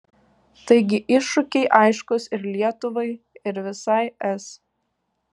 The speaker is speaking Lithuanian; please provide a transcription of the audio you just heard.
taigi iššūkiai aiškūs ir lietuvai ir visai es